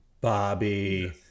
Bobby